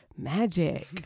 magic